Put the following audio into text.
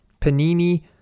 Panini